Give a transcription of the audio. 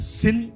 sin